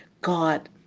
God